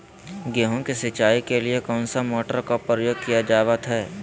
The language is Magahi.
गेहूं के सिंचाई के लिए कौन सा मोटर का प्रयोग किया जावत है?